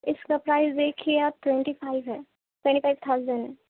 اِس کا پرائز دیکھیے آپ ٹونٹی فائیو ہے ٹونٹی فائیو تھاوزنڈ